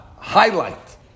Highlight